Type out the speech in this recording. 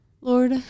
Lord